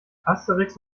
asterix